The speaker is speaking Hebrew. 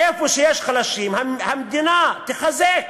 איפה שיש חלשים, המדינה תחזק.